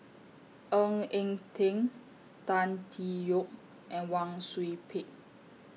Ng Eng Teng Tan Tee Yoke and Wang Sui Pick